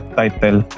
title